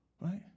Right